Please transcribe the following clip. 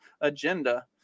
agenda